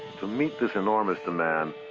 to meet this enormous demand,